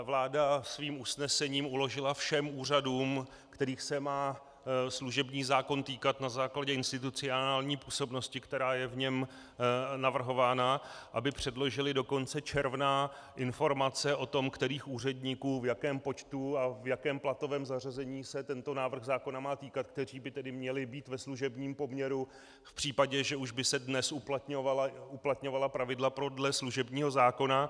Vláda svým usnesením uložila všem úřadům, kterých se má služební zákon týkat na základě institucionální působnosti, která je v něm navrhována, aby předložily do konce června informace o tom, kterých úředníků, v jakém počtu a v jakém platovém zařazení se tento návrh zákona má týkat, kteří by tedy měli být ve služebním poměru v případě, že už by se dnes uplatňovala pravidla podle služebního zákona.